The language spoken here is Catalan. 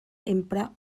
emprà